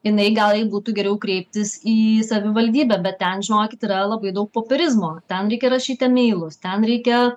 jinai gal jai būtų geriau kreiptis į savivaldybę bet ten žinokit yra labai daug popierizmo ten reikia rašyt emeilus ten reikia